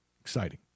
exciting